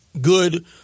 Good